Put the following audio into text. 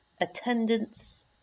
Attendance